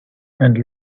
and